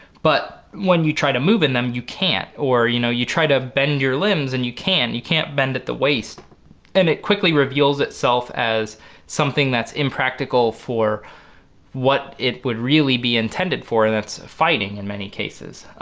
but when you try to move in them you can't or you know you try to bend your limbs and you can't, you can't bend at the waist and it quickly reveals itself as something that's impractical for what it would really be intended for that's fighting in many cases.